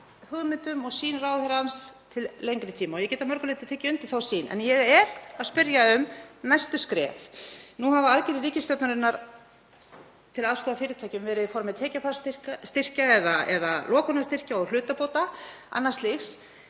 hugmyndum og sýn ráðherrans til lengri tíma og ég get að mörgu leyti tekið undir þá sýn. En ég er að spyrja um næstu skref. Nú hafa aðgerðir ríkisstjórnarinnar til aðstoðar fyrirtækjum verið í formi tekjufallsstyrkja, lokunarstyrkja, hlutabóta og annars slíks.